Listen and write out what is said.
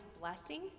blessing